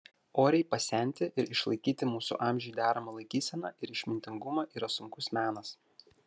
oriai pasenti ir išlaikyti mūsų amžiui deramą laikyseną ir išmintingumą yra sunkus menas